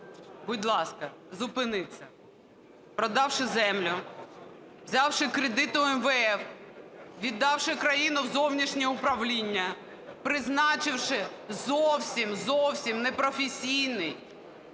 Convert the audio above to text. будь ласка, зупиніться. Продавши землю, взявши кредит у МВФ, віддавши країну в зовнішнє управління, призначивши зовсім-зовсім непрофесійний